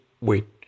wait